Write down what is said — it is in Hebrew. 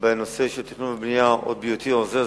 הוועדה שתדון בנושא הזה.